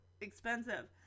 expensive